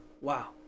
wow